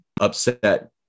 upset